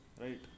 right